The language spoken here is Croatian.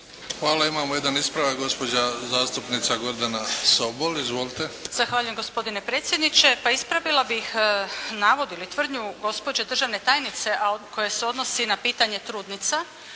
Hvala. Imamo jedan ispravak. Gospođa zastupnica Gordana Sobol. Izvolite. **Sobol, Gordana (SDP)** Zahvaljujem gospodine predsjedniče. Pa ispravila bih navod ili tvrdnju gospođe državne tajnice, a koje se odnosi na pitanje trudnica,